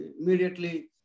immediately